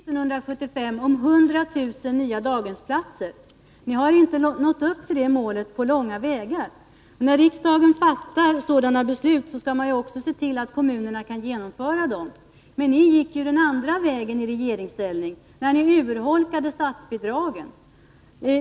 Herr talman! Riksdagen beslutade år 1975 att 100 000 nya daghemsplatser skulle byggas. Ni har inte nått upp till det målet på långa vägar. När riksdagen fattar sådana beslut skall man också se till att kommunerna kan genomföra dem. Men i regeringsställning gick ni ju den andra vägen, när ni urholkade statsbidragen.